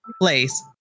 place